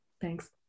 Thanks